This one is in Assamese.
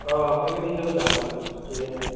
অঁ ফেমিলি হিচাপে যাম আৰু মিলি কেনে